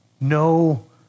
No